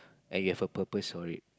and you have a purpose for it